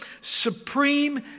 supreme